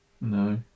no